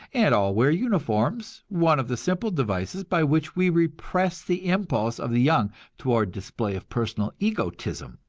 and all wear uniforms one of the simple devices by which we repress the impulse of the young toward display of personal egotism.